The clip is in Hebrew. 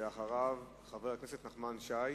אחריו, חבר הכנסת נחמן שי,